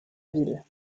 ville